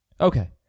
Okay